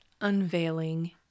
unveiling